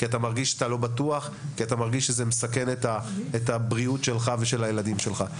כי אתה מרגיש לא בטוח ושזה מסכן את הבריאות שלך ושל הילדים שלך.